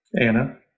Anna